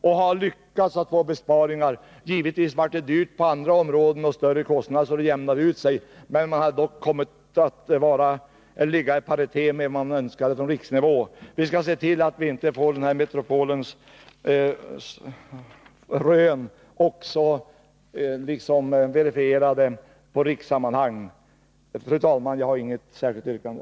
De har lyckats få besparingar — givetvis blev det dyrt på andra områden, så att det jämnade ut sig, men man kom i paritet med vad som önskades på riksnivå. Vi skall se till att vi inte får den här metropolens rön verifierade i rikssammanhang. Fru talman! Jag har inget yrkande.